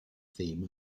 theme